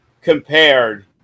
compared